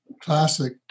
classic